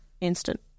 instant